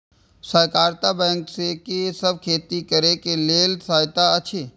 सहकारिता बैंक से कि सब खेती करे के लेल सहायता अछि?